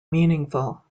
meaningful